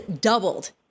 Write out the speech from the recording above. doubled